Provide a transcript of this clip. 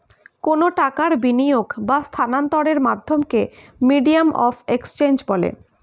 কোনো টাকার বিনিয়োগ বা স্থানান্তরের মাধ্যমকে মিডিয়াম অফ এক্সচেঞ্জ বলে